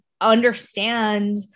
understand